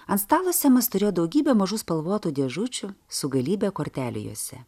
ant stalo semas turėjo daugybę mažų spalvotų dėžučių su galybe kortelių jose